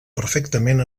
perfectament